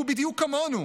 הוא "בדיוק כמונו",